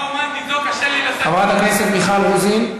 חברת הכנסת מיכל רוזין,